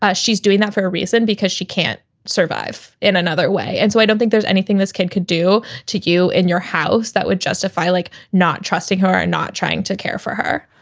ah she's doing that for a reason because she can't survive in another way. and so i don't think there's anything this kid could do to you in your house that would justify like not trusting her and not trying to care for her.